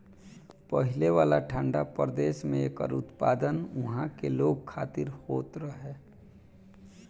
पहिले वाला ठंडा प्रदेश में एकर उत्पादन उहा के लोग खातिर होत रहे